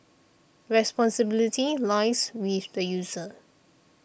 responsibility lies with the user